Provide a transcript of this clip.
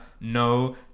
no